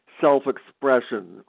self-expression